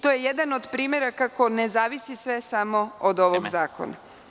To je jedan od primera kako ne zavisi sve samo od ovog zakona.